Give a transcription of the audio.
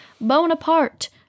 Bonaparte